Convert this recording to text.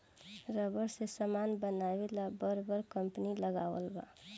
rubber से समान बनावे ला बर बर कंपनी लगावल बा